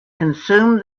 consume